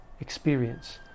experience